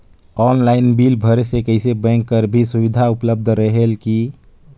Online bill भरे से कइसे बैंक कर भी सुविधा उपलब्ध रेहेल की?